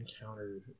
encountered